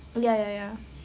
ya ya ya